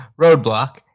Roadblock